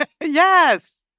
Yes